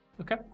Okay